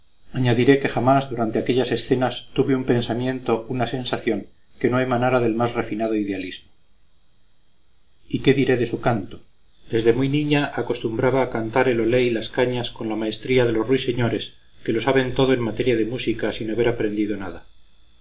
añadiré que jamás durante aquellas escenas tuve un pensamiento una sensación que no emanara del más refinado idealismo y qué diré de su canto desde muy niña acostumbraba a cantar el olé y las cañas con la maestría de los ruiseñores que lo saben todo en materia de música sin haber aprendido nada